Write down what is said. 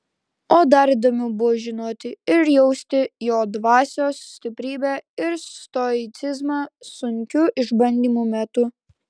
o dar įdomiau buvo žinoti ir jausti jo dvasios stiprybę ir stoicizmą sunkių išbandymų metu